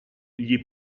gli